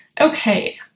Okay